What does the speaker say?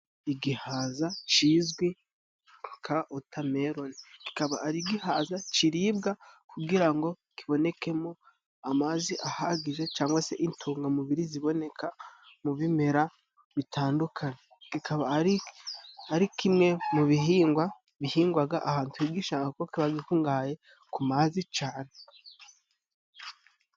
Igihaza kizwi ka utameloni, kikaba giha kiribwa kugirango kibonekemo amazi ahagije cyangwa se intungamubiri ziboneka mu bimera bitandukanye, kikaba ari ari kimwe mu bihingwa bihingwaga ahantu h'igishanga kiba gikungahaye ku mazi cyane.